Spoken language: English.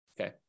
okay